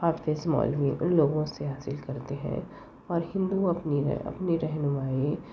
حافظ مولوی ان لوگوں سے حاصل کرتے ہیں اور ہندو اپنی اپنی رہنمائی